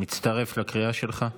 אני מצטרף לקריאה שלך.